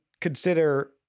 consider